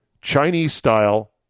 Chinese-style